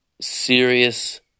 serious